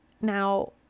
Now